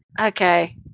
Okay